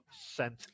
sent